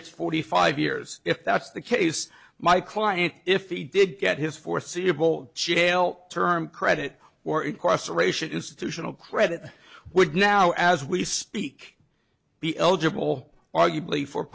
it's forty five years if that's the case my client if he did get his foreseeable jail term credit or inquest aeration institutional credit would now as we speak be eligible arguably for